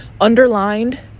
underlined